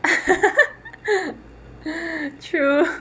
true